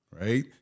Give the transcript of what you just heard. Right